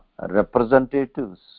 representatives